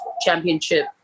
Championship